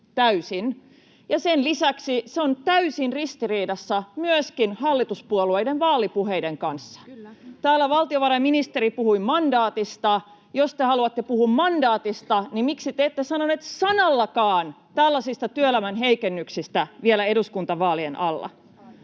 sen lisäksi se on täysin ristiriidassa myöskin hallituspuolueiden vaalipuheiden kanssa. Täällä valtiovarainministeri puhui mandaatista. Jos te haluatte puhua mandaatista, niin miksi te ette sanoneet sanallakaan tällaisista työelämän heikennyksistä vielä eduskuntavaalien alla?